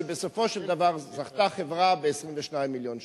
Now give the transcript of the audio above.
כשבסופו של דבר זכתה חברה ב-22 מיליון שקל.